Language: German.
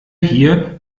hier